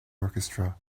orchestra